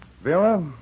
Vera